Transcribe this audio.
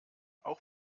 auch